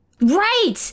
Right